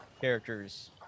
characters